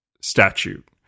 statute